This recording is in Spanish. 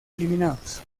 eliminados